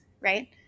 right